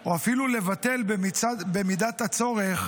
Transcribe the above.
או אפילו לבטל במידת הצורך